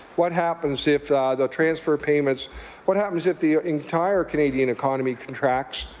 what happens if the transfer payments what happens if the entire canadian economy contracts,